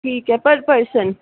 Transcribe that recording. ਠੀਕ ਹੈ ਪਰ ਪਰਸਨ